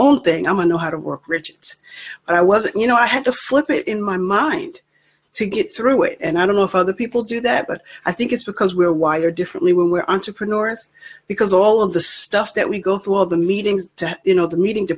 only thing i'm a know how to work rich i was you know i had to flip it in my mind to get through it and i don't know of other people do that but i think it's because we're wired differently we were entrepreneurs because all of the stuff that we go through all the meetings you know the meeting to